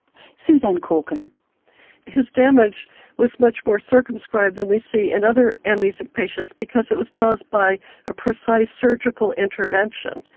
suzanne corkin his damage was much more circumscribed than we see in other amnesic patients because it was caused by a precise surgical intervention.